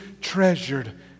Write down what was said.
treasured